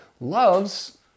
loves